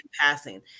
passing